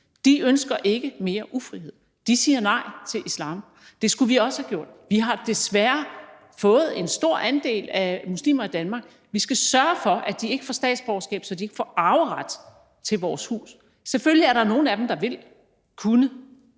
De ønsker ikke mere ufrihed. De siger nej til islam. Det skulle vi også have gjort. Vi har desværre fået en stor andel af muslimer i Danmark. Vi skal sørge for, at de ikke får statsborgerskab, så de ikke får arveret til vores hus. Selvfølgelig er der nogle af dem, der vil kunne